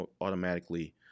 automatically –